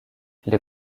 les